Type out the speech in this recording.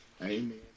Amen